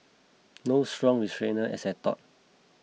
no strong retainer as I thought